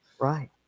right